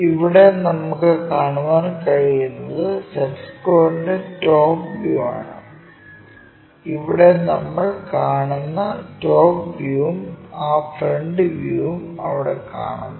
ഇവിടെ നമുക്കു കാണാൻ കഴിയുന്നത് സെറ്റ് സ്ക്വയറിന്റെ ടോപ് വ്യൂ ആണ് ഇവിടെ നമ്മൾ കാണുന്ന ടോപ്പ് വ്യൂവും ആ ഫ്രണ്ട് വ്യൂവും അവിടെ കാണുന്നു